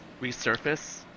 resurface